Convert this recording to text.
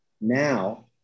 Now